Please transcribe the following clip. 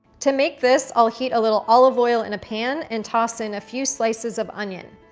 to make this, i'll heat a little olive oil in a pan and toss in a few slices of onion.